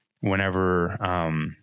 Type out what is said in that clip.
whenever